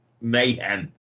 mayhem